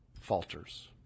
falters